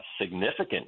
significant